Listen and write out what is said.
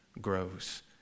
grows